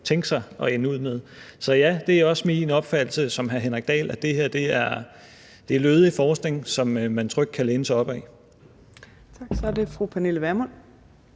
tænke sig at ende ud med. Så ja, det er også min opfattelse ligesom hr. Henrik Dahls, at det her er lødig forskning, som man trygt kan læne sig op ad. Kl. 15:01 Fjerde næstformand